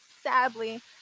sadly